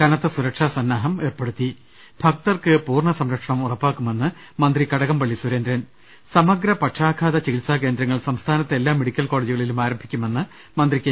കനത്ത സുരക്ഷാ സന്നാഹം ഏർപ്പെടുത്തി ഭക്തർക്ക് പൂർണ്ണ സംരക്ഷണം ഉറപ്പാക്കുമെന്ന് മന്ത്രി കടകംപള്ളി സുരേന്ദ്രൻ സമഗ്ര പക്ഷാഘാത ചികിത്സാ കേന്ദ്രങ്ങൾ സംസ്ഥാനത്തെ എല്ലാ മെഡിക്കൽ കോളേജുകളിലും ആരംഭിക്കുമെന്ന് മന്ത്രി കെ